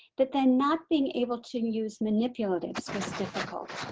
that then not being able to use manipulatives was difficult.